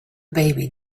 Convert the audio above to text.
baby